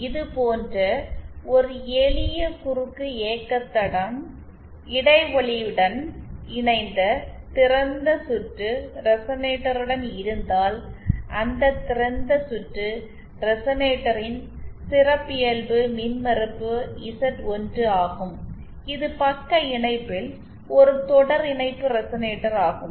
இது போன்ற ஒரு எளிய குறுக்கு இயக்கக் தடம் இடைவெளியுடன் இணைந்த திறந்த சுற்று ரெசனேட்டருடன் இருந்தால் அந்த திறந்த சுற்று ரெசனேட்டரின் சிறப்பியல்பு மின்மறுப்பு Z1 ஆகும் இது பக்க இணைப்பில் ஒரு தொடர் இணைப்பு ரெசனேட்டர் ஆகும்